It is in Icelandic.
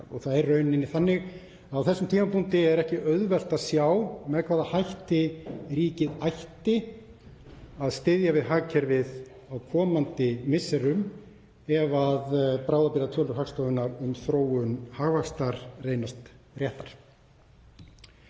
Í rauninni er á þessum tímapunkti ekki auðvelt að sjá með hvaða hætti ríkið ætti að styðja við hagkerfið á komandi misserum ef bráðabirgðatölur Hagstofunnar um þróun hagvaxtar reynast réttar.